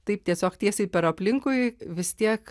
taip tiesiog tiesiai per aplinkui vis tiek